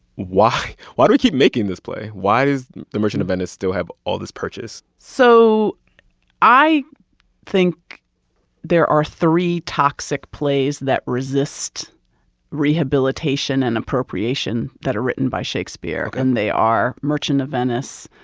why why do we keep making this play? why does the merchant of venice still have all this purchase? so i think there are three toxic plays that resist rehabilitation and appropriation that are written by shakespeare ok and they are merchant of venice,